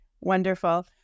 Wonderful